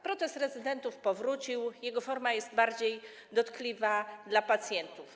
Protest rezydentów powrócił, jego forma jest bardziej dotkliwa dla pacjentów.